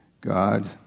God